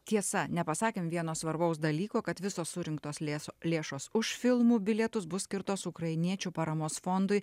tiesa nepasakėm vieno svarbaus dalyko kad visos surinktos lėso lėšos už filmų bilietus bus skirtos ukrainiečių paramos fondui